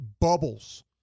bubbles